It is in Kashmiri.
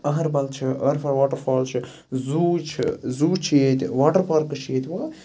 أہربَل چھِ أہربَل واٹرفال چھِ زوٗ چھِ زوٗ چھِ ییٚتہِ واٹَر پارکٕس چھِ ییٚتہِ و